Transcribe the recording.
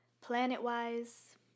planet-wise